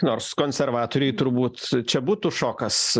nors konservatoriai turbūt čia būtų šokas